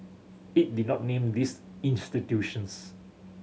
it did not name these institutions